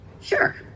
Sure